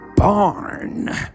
barn